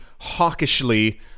hawkishly